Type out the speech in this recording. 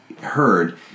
heard